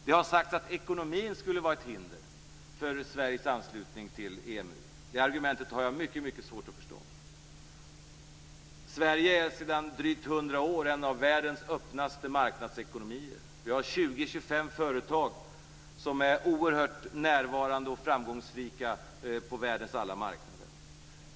Det har sagts att ekonomin skulle vara ett hinder för Sveriges anslutning till EMU. De argumentet har jag mycket svårt att förstå. Sverige är sedan drygt hundra år en av världens öppnaste marknadsekonomier. Vi har 20-25 företag som är oerhört närvarande och framgångsrika på världens alla marknader.